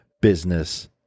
business